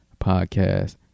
podcast